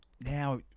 now